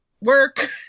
work